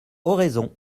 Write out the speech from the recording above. oraison